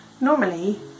Normally